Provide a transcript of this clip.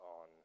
on